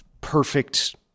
perfect